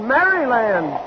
Maryland